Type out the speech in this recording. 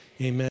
amen